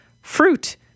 fruit